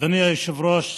אדוני היושב-ראש,